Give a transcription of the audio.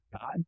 God